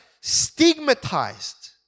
stigmatized